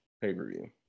pay-per-view